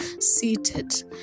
seated